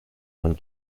von